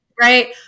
Right